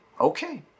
okay